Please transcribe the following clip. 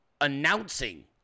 announcing